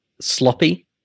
sloppy